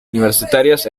universitarios